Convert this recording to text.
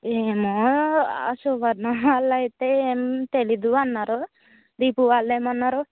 ఏమో అసలు వర్ణహాలైతే ఏం తెలీదు అన్నారు దీపు వాళ్ళేమన్నారు